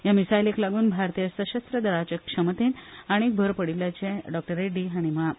ह्या मिसायलाक लागून भारतीय सशस्त्र दळाचे क्षमतेत आनीक भर पडिल्ल्याचें डॉ रेड्डी हांणी म्हळां